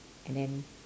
and then